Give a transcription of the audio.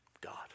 God